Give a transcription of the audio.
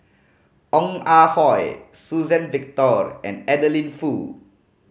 Ong Ah Hoi Suzann Victor and Adeline Foo